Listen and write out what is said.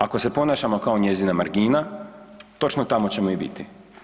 Ako se ponašamo kao njezina margina, točno tamo ćemo i biti.